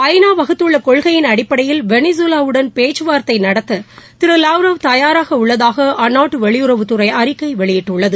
ஐ நா வகுத்துள்ள கொள்கையின் அடிப்படையில் வெளிகவாவுடன் பேச்சுவார்த்தை நடத்த திரு லவ்ரவ் தயாராக உள்ளதாக அந்நாட்டு வெளியுறவுத்துறை அறிக்கை வெளியிட்டுள்ளது